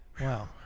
wow